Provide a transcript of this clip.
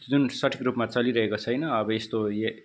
जुन सठिक रूपमा चलिरहेको छैन अब यस्तो ए